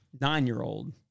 nine-year-old